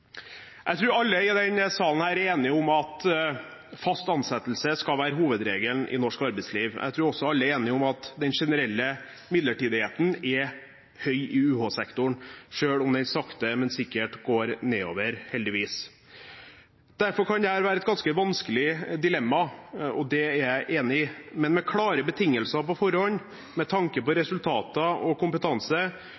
Jeg tror alle i denne salen er enige om at fast ansettelse skal være hovedregelen i norsk arbeidsliv. Jeg tror også alle er enige om at den generelle midlertidigheten er høy i UH-sektoren, selv om den sakte, men sikkert går nedover – heldigvis. Derfor kan dette være et ganske vanskelig dilemma, og det er jeg enig i. Men med klare betingelser på forhånd, med tanke på